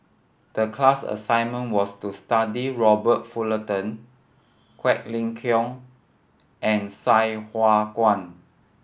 the class assignment was to study Robert Fullerton Quek Ling Kiong and Sai Hua Kuan